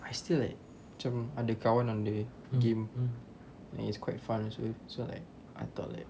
I still like macam ada kawan on the game and it's quite fun also so like I thought like